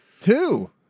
Two